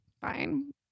Fine